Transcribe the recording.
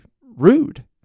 rude